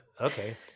Okay